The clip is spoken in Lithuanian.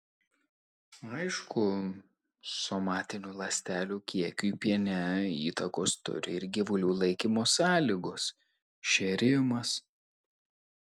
aišku somatinių ląstelių kiekiui piene įtakos turi ir gyvulių laikymo sąlygos šėrimas